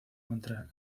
contra